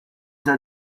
that